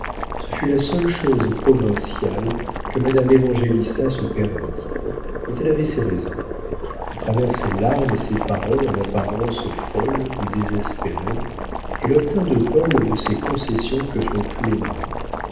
ce fut la seule chose provinciale que madame évangélista se permit mais elle avait ses raisons a travers ses larmes et ses paroles en apparence folles ou désespérées elle obtint de paul de ces concessions que font tous les maris